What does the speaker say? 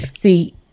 see